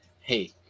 Hey